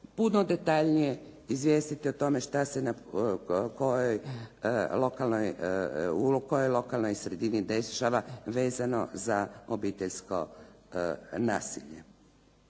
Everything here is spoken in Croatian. puno detaljnije izvijestiti o tome što se na kojoj lokalnoj sredini dešava vezano za obiteljsko nasilje.